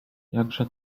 jakże